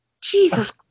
Jesus